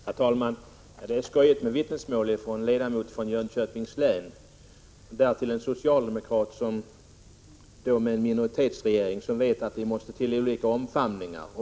Herr talman! Det är skojigt med vittnesmål av ledamöter från Jönköpings län, därtill en socialdemokrat som är väl medveten om att vi har en minoritetsregering och vet att det måste till olika omfamningar.